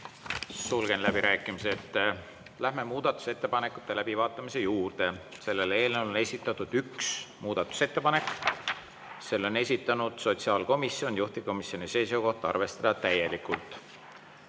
Sulgen läbirääkimised. Läheme muudatusettepanekute läbivaatamise juurde. Selle eelnõu kohta on esitatud üks muudatusettepanek, selle on esitanud sotsiaalkomisjon. Juhtivkomisjoni seisukoht on arvestada seda täielikult.